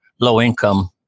low-income